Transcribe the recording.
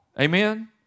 Amen